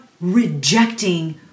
rejecting